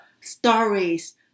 stories